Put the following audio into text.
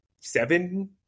seven